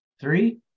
Three